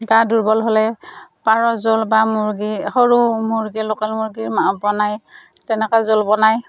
গা দুৰ্বল হ'লে পাৰৰ জোল বা মুৰ্গী সৰু মুৰ্গী লোকেল মুৰ্গী বনাই তেনেকৈ জোল বনাই